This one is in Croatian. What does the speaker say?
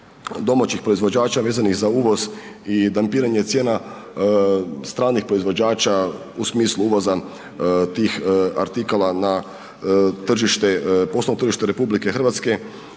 domaćih proizvođača vezanih za uvoz i dampiranje cijena stranih proizvođača u smislu uvoza tih artikala na tržište, poslovno tržište